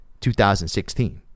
2016